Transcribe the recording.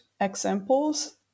examples